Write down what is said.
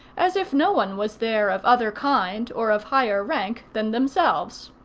as if no one was there of other kind or of higher rank than themselves.